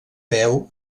peu